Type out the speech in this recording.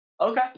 Okay